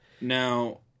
Now